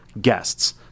guests